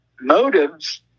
motives